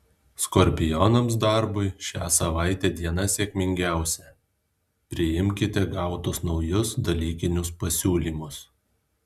skorpionams darbui šią savaitę diena sėkmingiausia priimkite gautus naujus dalykinius pasiūlymus